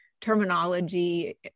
terminology